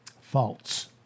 False